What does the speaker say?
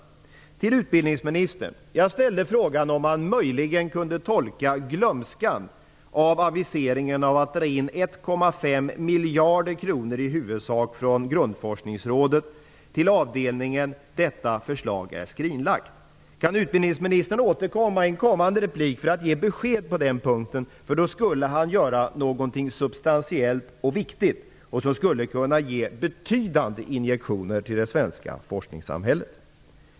Till utbildningsministern: Jag ställde frågan om man möjligen kunde tolka glömskan av aviseringen om att dra in 1,5 miljarder kronor från i huvudsak Grundforskningsrådet till avdelningen som att detta förslag är skrinlagt. Kan utbildningsministern återkomma i ett kommande inlägg för att ge besked på den punkten? I så fall skulle han göra någonting substantiellt och viktigt som skulle kunna ge betydande injektioner till det svenska forskningssamhället.